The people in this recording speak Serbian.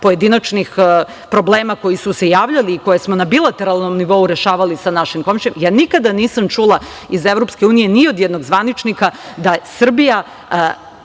pojedinačnih problema koji su se javljali i koje smo na bilateralnom nivou rešavali sa našim komšijama, ja nikada nisam čula iz EU ni od jednog zvaničnika da Srbija